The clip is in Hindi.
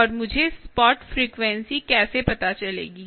और मुझे स्पॉट फ्रीक्वेंसी कैसे पता चलेगी